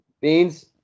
Beans